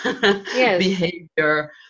behavior